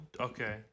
Okay